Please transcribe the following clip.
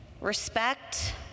Respect